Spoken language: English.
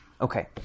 Okay